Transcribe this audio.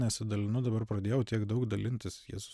nesidalinu dabar pradėjau tiek daug dalintis jis